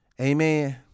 Amen